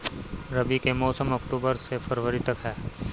रबी के मौसम अक्टूबर से फ़रवरी तक ह